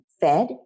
fed